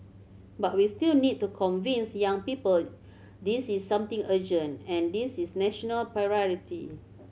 but we still need to convince young people this is something urgent and this is national priority